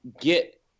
get